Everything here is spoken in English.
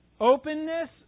Openness